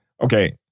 Okay